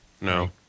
No